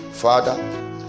Father